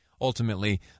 Ultimately